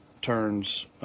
turns